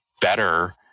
better